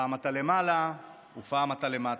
פעם אתה למעלה ופעם אתה למטה.